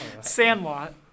Sandlot